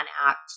Act